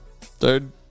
third